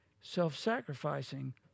self-sacrificing